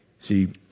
See